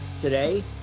Today